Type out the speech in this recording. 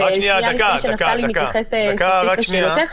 ושנייה לפני שנפתלי מתייחס לשאלותיך,